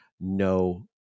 No